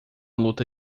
luta